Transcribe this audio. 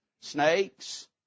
Snakes